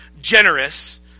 generous